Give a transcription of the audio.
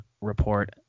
report